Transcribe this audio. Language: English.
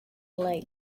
lake